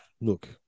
look